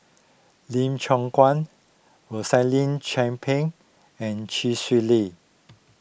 Lee Choon Guan Rosaline Chan Pang and Chee Swee Lee